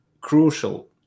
crucial